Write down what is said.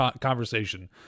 conversation